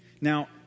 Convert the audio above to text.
Now